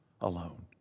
alone